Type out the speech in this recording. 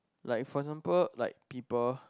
like for example like people